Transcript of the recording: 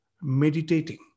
meditating